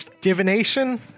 Divination